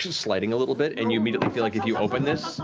sliding a little bit. and you immediately feel like if you open this,